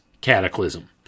cataclysm